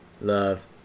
Love